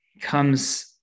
comes